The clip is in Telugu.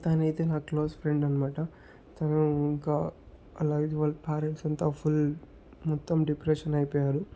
తనైతే నా క్లోజ్ ఫ్రెండ్ అనమాట తను ఇంక అలాగే వాల్ల ప్యారెంట్స్ అంతా ఫుల్ మొత్తం డిప్రెషన్ అయిపోయారు